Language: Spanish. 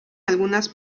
algunas